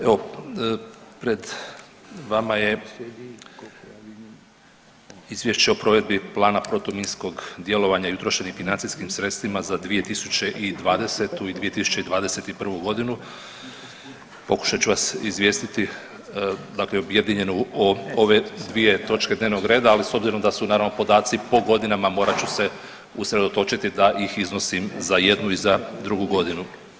Evo pred vama je Izvješće o provedbi plana protuminskog djelovanja i utrošenim financijskim sredstvima za 2020. i 2021.g., pokušat ću vas izvijestiti objedinjeno o ove dvije točke dnevnog reda, ali s obzorom da su naravno podaci po godinama morat ću se usredotočiti da ih iznosim za jednu i za drugu godinu.